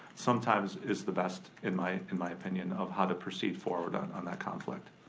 sometimes is the best, in my in my opinion, of how to proceed forward, on on that conflict.